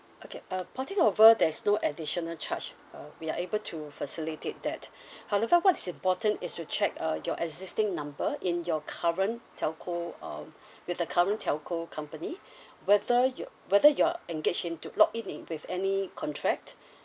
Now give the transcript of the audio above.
okay uh porting over there's no additional charge uh we are able to facilitate that however what's important is to check uh your existing number in your current telco uh with the current telco company whether you whether you're engaged into lock in with any contract